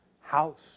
house